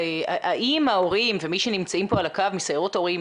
האם ההורים ומי שנמצאים פה על הקו מסיירות ההורים,